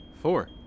Four